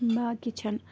باقٕے چھَنہٕ